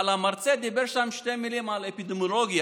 אבל המרצה אמר שם שתי מילים על אפידמיולוגיה,